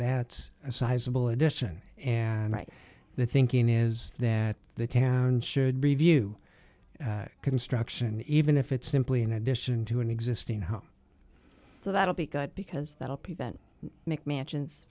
that's a sizable addition and right the thinking is that the town should review construction even if it's simply an addition to an existing home so that'll be good because that will prevent mick mansions